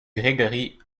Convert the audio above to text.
gregory